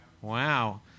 Wow